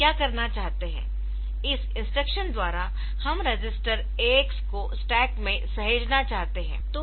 तो हम क्या करना चाहते है इस इंस्ट्रक्शन द्वारा हम रजिस्टर AX को स्टैक में सहेजना चाहते है